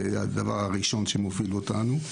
זה הדבר הראשון שמפעיל אותנו.